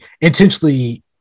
intentionally